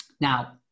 Now